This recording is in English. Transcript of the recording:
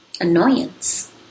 annoyance